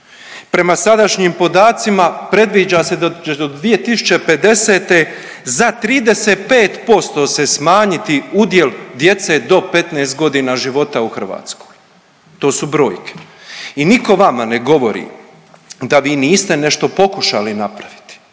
Prema sadašnjim podacima predviđa se da će do 2050. za 35% se smanjiti udjel djece do 15 godina života u Hrvatskoj, to su brojke. I nitko vama ne govori da vi niste nešto pokušali napraviti